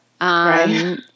Right